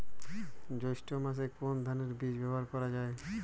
জৈষ্ঠ্য মাসে কোন ধানের বীজ ব্যবহার করা যায়?